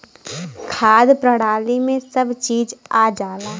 खाद्य प्रणाली में सब चीज आ जाला